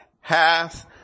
hath